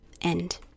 End